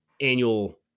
annual